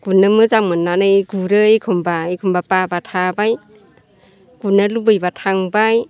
गुरनो मोजां मोननानै गुरो एखमब्ला एखमब्ला बा बाब्ला थाबाय गुरनो लुबैब्ला थांबाय